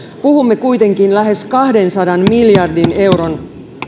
puhumme kuitenkin lähes kahdensadan miljardin euron